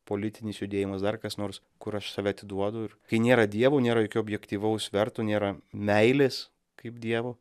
politinis judėjimas dar kas nors kur aš save atiduodu ir kai nėra dievo nėra jokio objektyvaus sverto nėra meilės kaip dievo